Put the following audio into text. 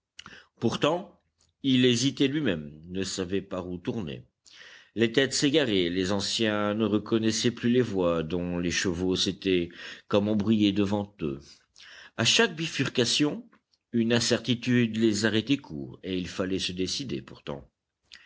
pourtant il hésitait lui-même ne savait par où tourner les têtes s'égaraient les anciens ne reconnaissaient plus les voies dont l'écheveau s'était comme embrouillé devant eux a chaque bifurcation une incertitude les arrêtait court et il fallait se décider pourtant